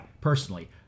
personally